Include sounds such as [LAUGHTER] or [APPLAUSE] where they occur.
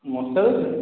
[UNINTELLIGIBLE]